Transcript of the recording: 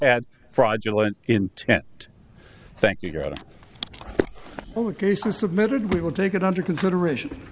had fraudulent intent thank you got a case and submitted we will take it under consideration